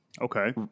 Okay